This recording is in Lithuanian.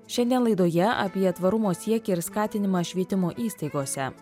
šiandien laidoje apie tvarumo siekį ir skatinimą švietimo įstaigose